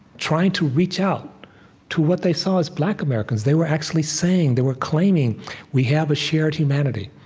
trying to reach out to what they saw as black americans. they were actually saying they were claiming we have a shared humanity.